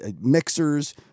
mixers